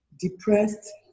depressed